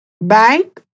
Bank